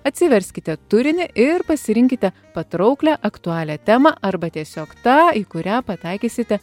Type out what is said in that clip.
atsiverskite turinį ir pasirinkite patrauklią aktualią temą arba tiesiog tą į kurią pataikysite